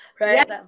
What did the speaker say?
right